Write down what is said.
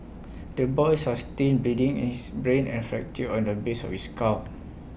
the boy sustained bleeding in his brain and fracture on the base of his skull